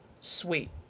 sweet